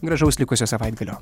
gražaus likusio savaitgalio